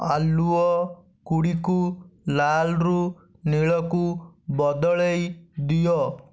ଆଲୁଅଗୁଡ଼ିକୁ ଲାଲରୁ ନୀଳକୁ ବଦଳେଇ ଦିଅ